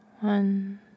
one